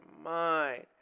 mind